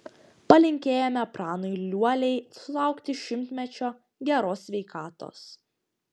palinkėjome pranui liuoliai sulaukti šimtmečio geros sveikatos